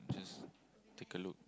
just take a look